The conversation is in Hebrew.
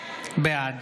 בעד